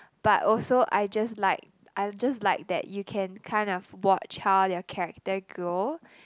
but also I just like I just like that you can kind of watch how their character grow